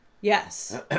Yes